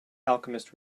alchemist